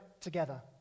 together